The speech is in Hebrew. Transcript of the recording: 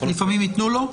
לפעמים ייתנו לו?